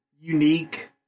unique